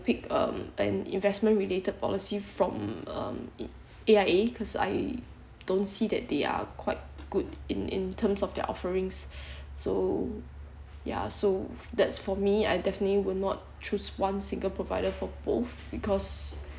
pick um an investment related policy from um A_I_A cause I don't see that they are quite good in in terms of their offerings so ya so that's for me I definitely will not choose one single provider for both because